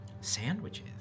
Sandwiches